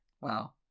Wow